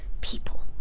People